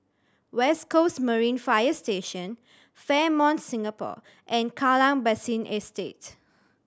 West Coast Marine Fire Station Fairmont Singapore and Kallang Basin Estate